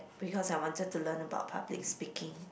because I wanted to learn about public speaking